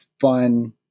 fun